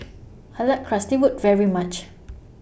I like Currywurst very much